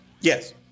Yes